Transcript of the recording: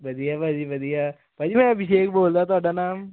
ਵਧੀਆ ਭਾਅ ਜੀ ਵਧੀਆ ਭਾਅ ਜੀ ਮੈਂ ਅਭਿਸ਼ੇਕ ਬੋਲਦਾ ਤੁਹਾਡਾ ਨਾਮ